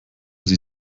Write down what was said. sie